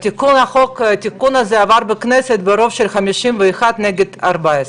התיקון החוק הזה עבר בכנסת ברוב של 51 נגד 14,